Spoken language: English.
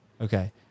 Okay